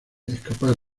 escapar